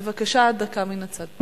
בבקשה, דקה מן הצד.